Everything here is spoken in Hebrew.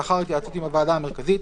לאחר התייעצות עם הוועדה המרכזית,